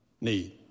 need